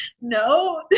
no